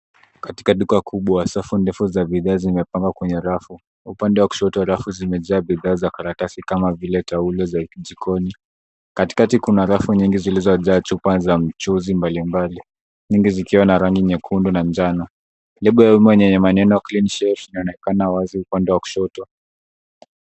Katika duka kubwa, safu ndefu za bidhaa zimepangwa kwenye rafu. Upande wa kushoto rafu zimejaa bidhaa, karatasi kama vile taulo za jikoni. Katikati kuna rafu nyingi zilizojaa chupa za mchuzi mbalimbali, nyingi zikiwa na rangi nyekundu na njano. Nembo nyeupe yenye maneno Cleanshelf inaonekana wazi upande wa kushoto.